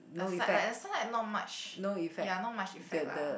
a side light a side light not much ya not much effect lah